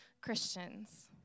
Christians